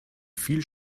viel